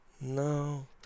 No